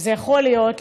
וזה יכול להיות,